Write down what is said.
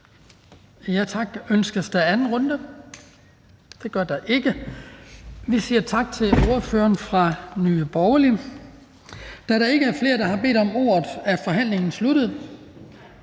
Tak. Ønskes der endnu et spørgsmål? Det gør der ikke. Så siger vi tak til ordføreren for Nye Borgerlige. Da der ikke er flere, der har bedt om ordet, er forhandlingen sluttet.